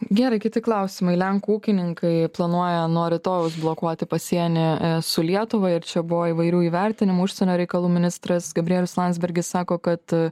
gerai kiti klausimai lenkų ūkininkai planuoja nuo rytojaus blokuoti pasienį su lietuva ir čia buvo įvairių įvertinimų užsienio reikalų ministras gabrielius landsbergis sako kad